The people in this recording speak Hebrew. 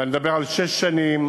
ואני מדבר על שש שנים.